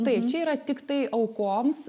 taip čia yra tiktai aukoms